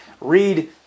Read